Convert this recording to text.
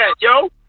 yo